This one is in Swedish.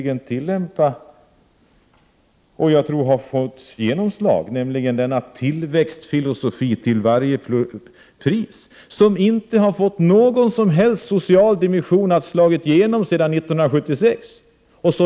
; Dessutom har tydligen denna filosofi om tillväxt till varje pris, som inte har fått någon som helst social dimension, tillämpats och slagit igenom sedan 1976.